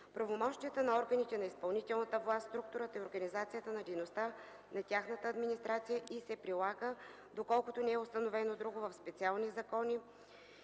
правомощията на органите на изпълнителната власт, структурата и организацията на дейността на тяхната администрация и се прилага, доколкото не е установено друго в специални закони,